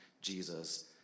Jesus